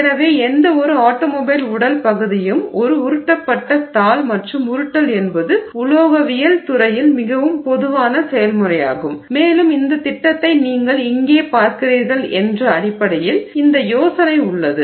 எனவே எந்தவொரு ஆட்டோமொபைல் உடல் பகுதியும் ஒரு உருட்டப்பட்ட தாள் மற்றும் உருட்டல் என்பது உலோகவியல் துறையில் மிகவும் பொதுவான செயல்முறையாகும் மேலும் இந்த திட்டத்தை நீங்கள் இங்கே பார்க்கிறீர்கள் என்ற அடிப்படையில் இந்த யோசனை உள்ளது